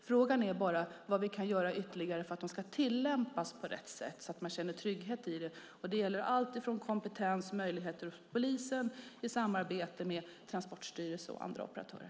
Frågan är vad vi kan göra ytterligare för att de ska tillämpas på rätt sätt. Det gäller kompetens, möjligheter för polisen, samarbete med Transportstyrelsen och andra operatörer.